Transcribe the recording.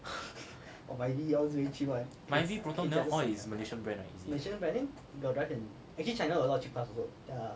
Myvi Proton that one all is malaysian brand is it